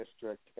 District